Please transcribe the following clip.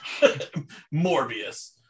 Morbius